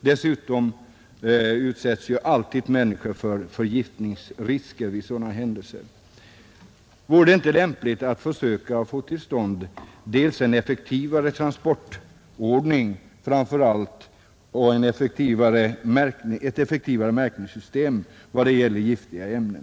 Dessutom utsätts ju alltid människor för förgiftningsrisker vid sådana händelser. Vore det inte lämpligt att försöka få till stånd dels en effektivare transportordning, dels och framför allt ett effektivare märkningssystem vad det gäller giftiga ämnen?